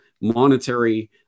monetary